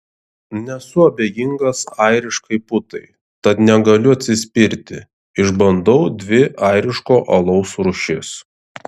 nesu abejingas airiškai putai tad negaliu atsispirti išbandau dvi airiško alaus rūšis